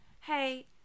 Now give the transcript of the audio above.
hey